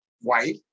white